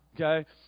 Okay